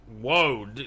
whoa